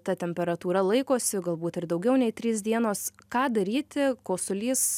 ta temperatūra laikosi galbūt ir daugiau nei trys dienos ką daryti kosulys